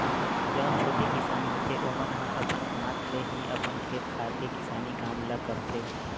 जउन छोटे किसान होथे ओमन ह अपन हाथ ले ही अपन खेत खार के किसानी काम ल करथे